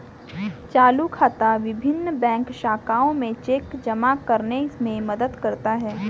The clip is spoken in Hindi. चालू खाता विभिन्न बैंक शाखाओं में चेक जमा करने में मदद करता है